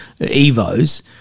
evos